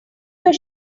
your